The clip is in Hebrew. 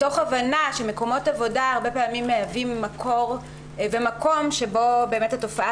מתוך הבנה שמקומות עבודה הרבה פעמים מהווים מקור ומקום שבו באמת התופעה